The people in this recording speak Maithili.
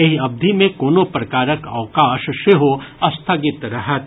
एहि अवधि मे कोनो प्रकारक अवकाश सेहो स्थगित रहत